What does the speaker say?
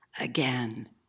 again